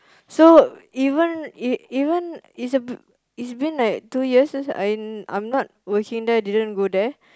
so even even it's a b~ it's been like two years since I I'm not working there didn't go there